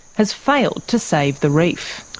has failed to save the reef.